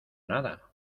nada